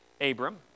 Abram